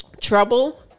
Trouble